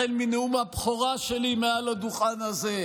החל מנאום הבכורה שלי מעל הדוכן הזה.